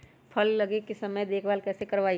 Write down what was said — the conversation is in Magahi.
फल लगे के समय देखभाल कैसे करवाई?